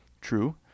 True